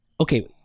Okay